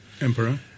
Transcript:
Emperor